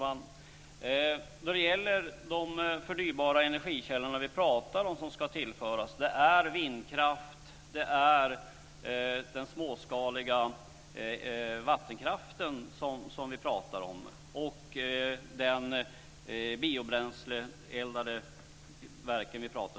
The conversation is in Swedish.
Fru talman! De förnybara energikällor som ska tillföras är vindkraft, den småskaliga vattenkraften och de biobränsleeldade verken.